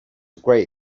great